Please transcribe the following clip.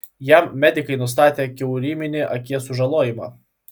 jam medikai nustatė kiauryminį akies sužalojimą